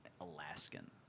Alaskan